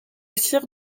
cire